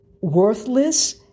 worthless